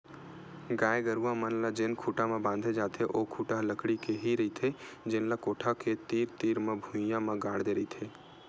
गाय गरूवा मन ल जेन खूटा म बांधे जाथे ओ खूटा ह लकड़ी के ही रहिथे जेन ल कोठा के तीर तीर म भुइयां म गाड़ दे रहिथे